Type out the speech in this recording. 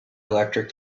electric